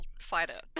fighter